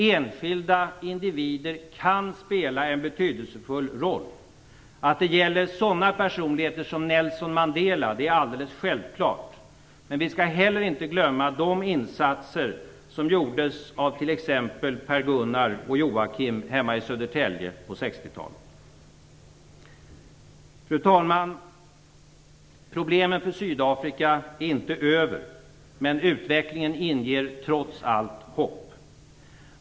Enskilda individer kan spela en betydelsefull roll. Att det gäller sådana personligheter som Nelson Mandela är alldeles självklart. Men vi skall inte heller glömma sådana insatser som gjordes av t.ex. Per Gunnar och Joakim hemma i Södertälje på 60-talet. Fru talman! Problemen för Sydafrika är inte över. Men utvecklingen inger trots allt hopp.